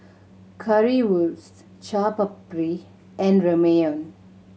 Currywurst Chaat Papri and Ramyeon